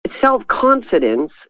self-confidence